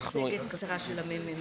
תודה.